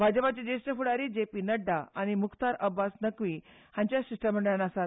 भाजपाचे ज्येश्ठ फुडारी जेपी नड्डा आनी मुख्तार अब्बास नकवी ह्या शिश्टमंडळांत आसा